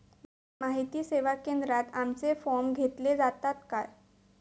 माहिती सेवा केंद्रात आमचे फॉर्म घेतले जातात काय?